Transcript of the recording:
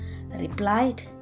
replied